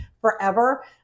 forever